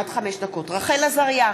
רחל עזריה,